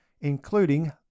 including